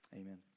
amen